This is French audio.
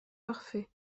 parfait